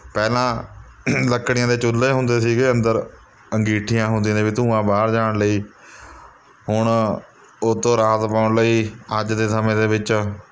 ਪਹਿਲਾਂ ਲੱਕੜੀਆਂ ਦੇ ਚੁੱਲ੍ਹੇ ਹੁੰਦੇ ਸੀ ਅੰਦਰ ਅਗੀਠੀਆਂ ਹੁੰਦੀਆਂ ਤੀਆਂ ਵੀ ਧੂੰਆਂ ਬਾਹਰ ਜਾਣ ਲਈ ਹੁਣ ਓਹਤੋਂ ਰਾਹਤ ਪਾਉਣ ਲਈ ਅੱਜ ਦੇ ਸਮੇਂ ਦੇ ਵਿੱਚ